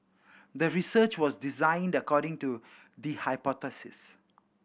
the research was designed according to the hypothesis